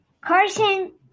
Carson